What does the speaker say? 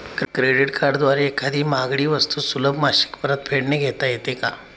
Credit कार्डद्वारे एखादी महागडी वस्तू सुलभ मासिक परतफेडने घेता येते का?